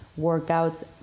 workouts